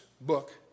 book